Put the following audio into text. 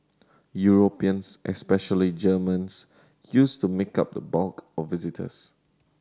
Europeans especially Germans used to make up the bulk of visitors